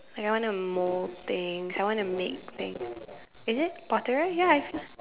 like I wanna mould things I wanna make thing is it potterer ya it's